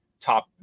top